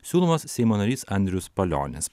siūlomas seimo narys andrius palionis